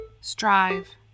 strive